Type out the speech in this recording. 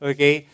Okay